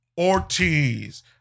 Ortiz